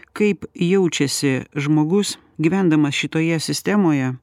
kaip jaučiasi žmogus gyvendamas šitoje sistemoje